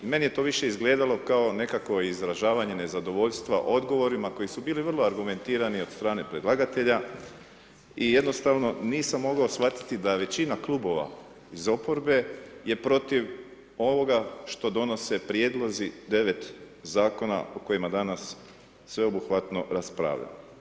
I meni je to više izgledalo kao nekakvo izražavanje nezadovoljstva odgovorima koji su bili vrlo argumentirani od strane predlagatelja i jednostavno nisam mogao shvatiti da većina klubova iz oporbe je protiv ovoga što donose prijedlozi 9 zakona o kojima danas sveobuhvatno raspravljamo.